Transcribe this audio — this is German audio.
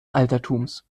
altertums